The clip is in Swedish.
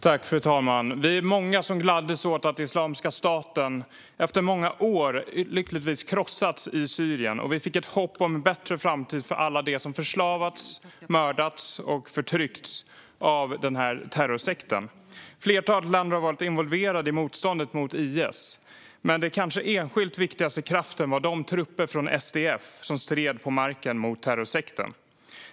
Fru talman! Vi var många som gladde oss åt att Islamiska staten efter många år krossades i Syrien, och vi kände hopp om en bättre framtid för alla dem som förslavats och förtryckts av denna terrorsekt. Ett flertal länder har varit involverade i motståndet mot IS, men den kanske enskilt viktigaste kraften var de trupper från SDF som stred på marken mot terrorsekten.